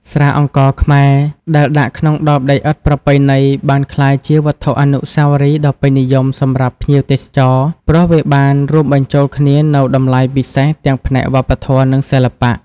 ស្រាអង្ករខ្មែរដែលដាក់ក្នុងដបដីឥដ្ឋប្រពៃណីបានក្លាយជាវត្ថុអនុស្សាវរីយ៍ដ៏ពេញនិយមសម្រាប់ភ្ញៀវទេសចរ ព្រោះវាបានរួមបញ្ចូលគ្នានូវតម្លៃពិសេសទាំងផ្នែកវប្បធម៌ និងសិល្បៈ។